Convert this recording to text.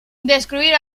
descubrir